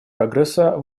прогресса